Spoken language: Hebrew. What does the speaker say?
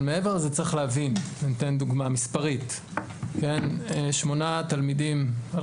אבל מעבר לזה צריך להבין - אני אתן דוגמה מספרית - שמונה תלמידים על